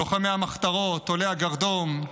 לוחמי המחתרות, עולי הגרדום,